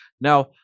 Now